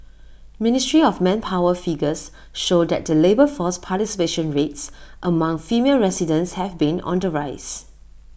ministry of manpower figures show that the labour force participation rates among female residents have been on the rise